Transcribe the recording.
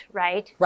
right